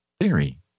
theory